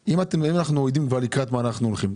אם אנחנו כבר יודעים לקראת מה אנחנו הולכים,